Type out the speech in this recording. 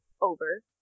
over